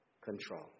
control